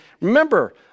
Remember